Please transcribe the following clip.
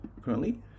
currently